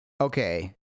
okay